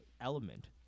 element